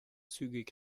zügig